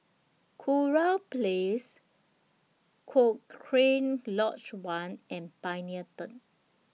Kurau Place Cochrane Lodge one and Pioneer Turn